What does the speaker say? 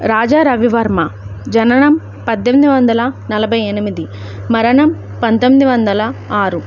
రాజా రవివర్మ జననం పద్దెనిమిది వందల నలభై ఎనిమిది మరణం పంతొమ్మిది వందల ఆరు